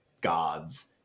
gods